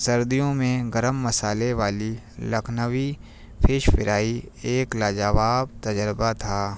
سردیوں میں گرم مصالحے والی لکھنوی فش فرائی ایک لاجواب تجربہ تھا